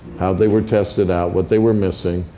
how they were tested out, what they were missing,